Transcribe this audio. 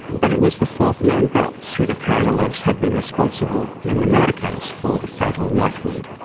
but it was the fourth man, betts, who the crown alleged had been responsible in the murder case for the fatal knife wound.